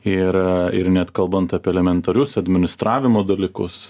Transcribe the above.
ir ir net kalbant apie elementarius administravimo dalykus